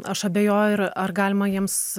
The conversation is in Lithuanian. aš abejoju ar ar galima jiems